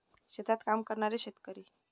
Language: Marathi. शेतात काम करणारे शेतकरी